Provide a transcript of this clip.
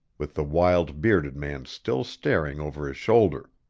with the wild bearded man still staring over his shoulder.